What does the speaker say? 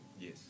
Yes